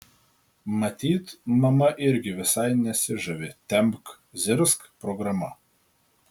matyt mama irgi visai nesižavi tempk zirzk programa